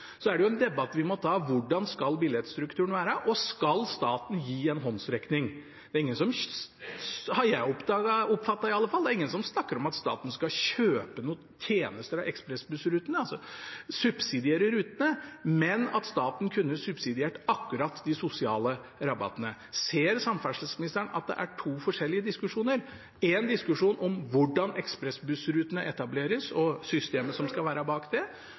er jo det en debatt vi må ta. Hvordan skal billettstrukturen være, og skal staten gi en håndsrekning? Det er ingen, i hvert fall ingen som jeg har oppfattet, som snakker om at staten skal kjøpe noen tjenester av ekspressbussrutene, subsidiere rutene, men at staten kunne subsidiert akkurat de sosiale rabattene. Ser samferdselsministeren at det er to forskjellige diskusjoner – én diskusjon om hvordan ekspressbussrutene etableres, og systemet som skal være bak det,